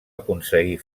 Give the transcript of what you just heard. aconseguir